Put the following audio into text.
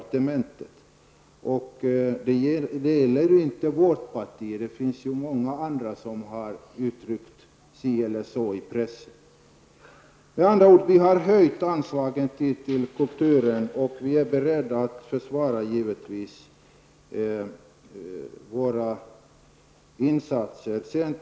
Det är ju inte bara vårt parti som har gett uttryck för sina synpunkter i pressen, utan det har alla partier gjort. Vi har alltså höjt anslagen till kulturen, och vi är beredda att försvara de insatser som gjorts.